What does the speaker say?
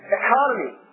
economy